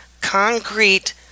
concrete